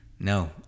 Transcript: no